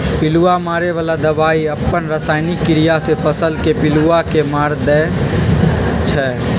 पिलुआ मारे बला दवाई अप्पन रसायनिक क्रिया से फसल के पिलुआ के मार देइ छइ